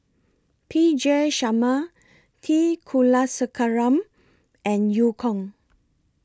P J Sharma T Kulasekaram and EU Kong